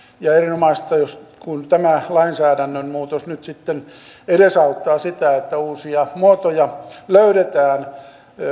ja erinomaista kun tämä lainsäädännön muutos nyt sitten edesauttaa sitä että uusia muotoja löydetään